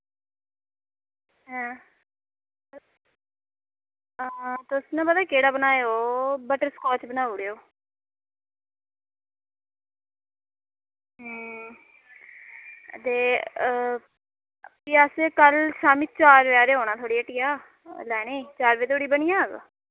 हां तुस ना पता केह्ड़ा बनाओ बटरस्काच बनाई ओड़ेओ ते ते भी असें कल शामीं चार बजे हारे औना थुआढ़ी हट्टिया लैने ई चार बजे धोड़ी बनी जाह्ग